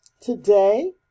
today